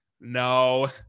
no